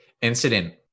incident